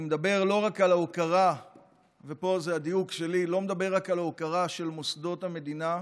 אני מדבר לא רק על ההוקרה של מוסדות המדינה,